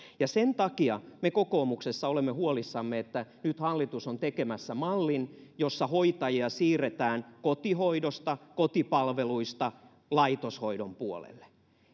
sen takia me kokoomuksessa olemme huolissamme että hallitus on nyt tekemässä mallin jossa hoitajia siirretään kotihoidosta kotipalveluista laitoshoidon puolelle